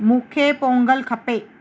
मूंखे पोंगलु खपे